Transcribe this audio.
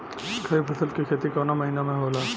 खरीफ फसल के खेती कवना महीना में होला?